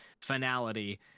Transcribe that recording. finality